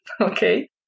okay